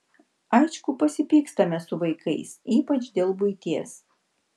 aišku pasipykstame su vaikais ypač dėl buities